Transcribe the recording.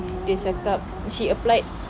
dia cakap she applied